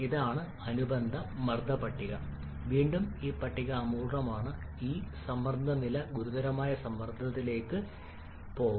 ഇതാണ് അനുബന്ധ മർദ്ദ പട്ടിക വീണ്ടും ഈ പട്ടിക അപൂർണ്ണമാണ് ഈ സമ്മർദ്ദ നില ഗുരുതരമായ സമ്മർദ്ദത്തിലേക്ക് പോകാം